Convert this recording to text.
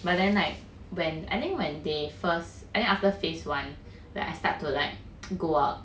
but then like when I think when they first and after phase one I start to like to go out